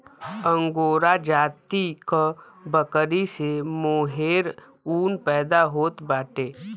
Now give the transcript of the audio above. angora जाति क बकरी से मोहेर ऊन पैदा होत बाटे